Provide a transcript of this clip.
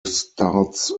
starts